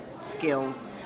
skills